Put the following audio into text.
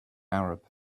arab